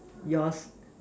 yours